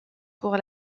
pour